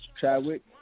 Chadwick